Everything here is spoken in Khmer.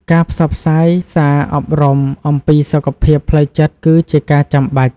ការផ្សព្វផ្សាយសារអប់រំអំពីសុខភាពផ្លូវចិត្តគឺជាការចាំបាច់។